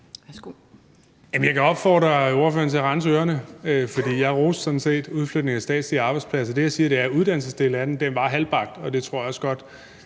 jeg kan opfordre ordføreren til at rense ørerne, for jeg roste sådan set udflytningen af statslige arbejdspladser. Det, jeg siger, er, at uddannelsesdelen af det var halvbagt, og det tror jeg også godt